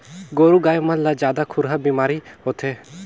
गोरु गाय मन ला जादा खुरहा बेमारी होथे